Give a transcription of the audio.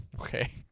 Okay